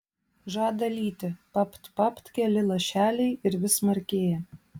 žada lyti papt papt keli lašeliai ir vis smarkėja